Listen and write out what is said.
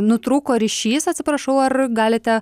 nutrūko ryšys atsiprašau ar galite